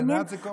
בסנאט זה קורה.